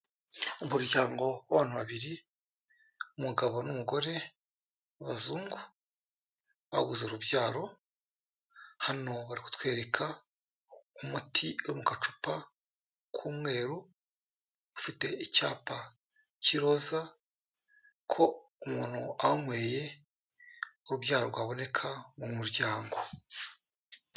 Umuryango w'abantu babiri, umugabo n'umugore b'abazungu, babuze urubyaro, hano bari kutwereka umuti wo mu gacupa k'umweru, ufite icyapa cy'iroza, ko umuntu awunyweye urubyaro rwaboneka mu muryango.